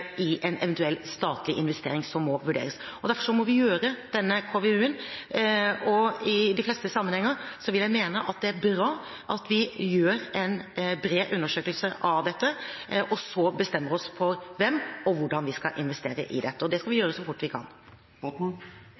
i en eventuell statlig investering, som må vurderes. Derfor må vi gjøre denne KVU-en, og i de fleste sammenhenger vil jeg mene at det er bra at vi gjør en bred undersøkelse av dette og så bestemmer oss for hvordan vi skal investere i dette. Det skal vi gjøre så fort vi kan.